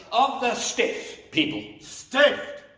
of the stiff people. stiff'd.